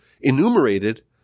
enumerated